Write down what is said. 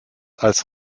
als